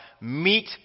meet